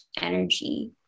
energy